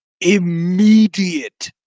immediate